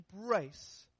embrace